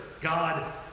God